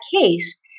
case